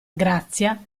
grazia